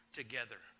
together